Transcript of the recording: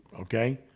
okay